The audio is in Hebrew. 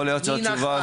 מי נכח,